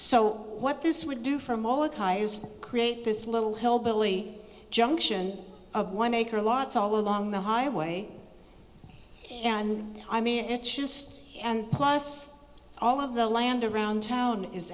so what this would do for create this little hillbilly junction of one acre lots all along the highway and i mean it's just and plus all of the land around town is